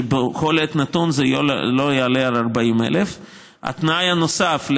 שבכל עת נתון זה לא יעלה על 40,000. התנאי הנוסף,